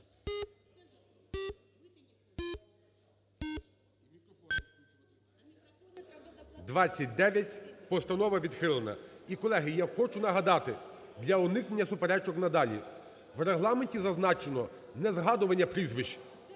За-29 Постанова відхилена. І, колеги, я хочу нагадати для уникнення суперечок надалі, в Регламенті зазначено не згадування прізвищ,